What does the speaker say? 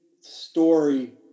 story